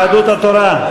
יהדות התורה?